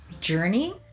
journey